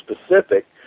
specific